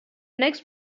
next